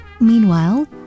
Meanwhile